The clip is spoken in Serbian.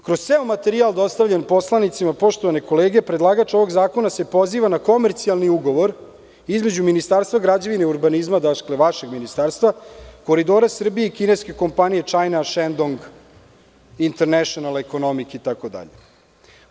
Kroz ceo materijal dostavljen poslanicima, poštovane kolege, predlagač ovog zakona se poziva na komercijalni ugovor između Ministarstva građevine i urbanizma, vašeg ministarstva, „Koridora Srbije“ i kineske kompanije „China Shandong International Economic“ itd.